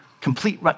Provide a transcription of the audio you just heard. complete